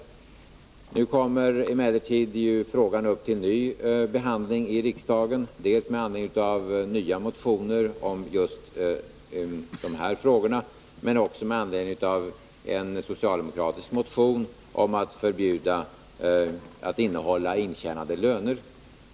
Nu kommer frågan emellertid upp till ny behandling i riksdagen med anledning av dels nya motioner om just de här frågorna, dels en socialdemokratisk motion om förbud mot att innehålla intjänade löner.